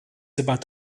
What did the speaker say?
about